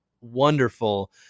wonderful